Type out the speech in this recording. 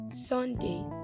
sunday